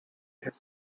his